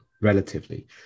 relatively